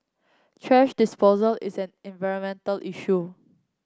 thrash disposal is an environmental issue